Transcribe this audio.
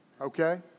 Okay